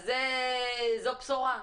זו בשורה.